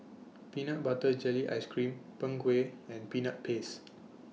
Peanut Butter Jelly Ice Cream Png Kueh and Peanut Paste